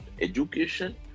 education